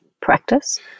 practice